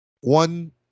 One